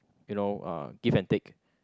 you know uh give and take